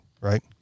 Right